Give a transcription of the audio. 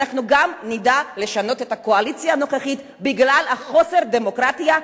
וגם נדע לשנות את הקואליציה הנוכחית בגלל חוסר הדמוקרטיה,